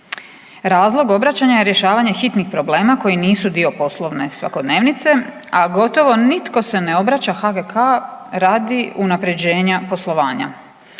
Razlog obraćanja je rješavanje hitnih problema koji nisu dio poslovne svakodnevnice, a gotovo nitko se ne obraća HGK radi unapređenja poslovanja.